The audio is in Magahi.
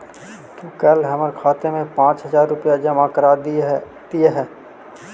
तू कल हमर खाते में पाँच हजार रुपए जमा करा दियह